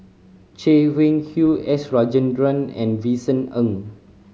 Chay Weng Yew S Rajendran and Vincent Ng